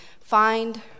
find